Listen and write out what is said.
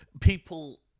people